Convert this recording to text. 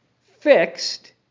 fixed